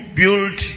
build